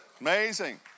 amazing